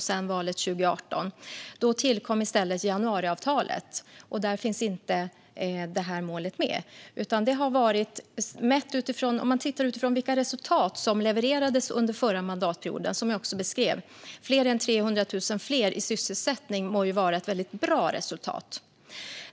Efter valet 2018 tillkom i stället januariavtalet, och där finns inte det här målet med. Om man tittar på vilka resultat som levererades under den förra mandatperioden ser man, som jag också beskrev, att det är över 300 000 fler i sysselsättning. Det må ju vara ett väldigt bra resultat.